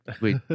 wait